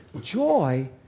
Joy